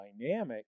dynamic